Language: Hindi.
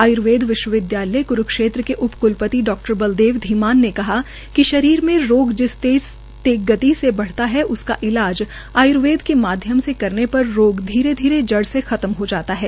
आयुर्वेद विश्वविदयालय क्रूक्षेत्र के उप क्लपति डॉ बलदेव धीमान ने कहा कि शरीर में रोग जिस तेज़ गति से बढ़ता है उसका ईलाज आय्र्वेद के माध्यम से करने पर रोग धीरे धीरे जड़ से खत्म हो जाता है